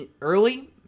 early